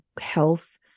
health